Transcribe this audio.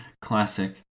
Classic